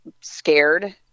scared